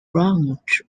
branch